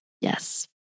Yes